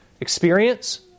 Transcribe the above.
experience